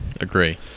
Agree